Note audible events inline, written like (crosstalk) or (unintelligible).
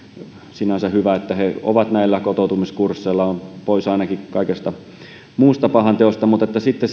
sinänsä on hyvä että he ovat näillä kotoutumiskursseilla ovat ainakin pois kaikesta muusta pahanteosta mutta sitten (unintelligible)